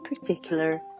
particular